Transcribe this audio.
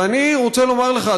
ואני רוצה לומר לך,